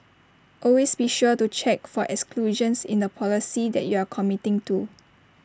always be sure to check for exclusions in the policy that you are committing to